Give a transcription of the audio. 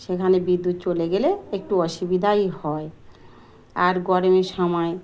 সেখানে বিদ্যুৎ চলে গেলে একটু অসুবিধাই হয় আর গরমের সময়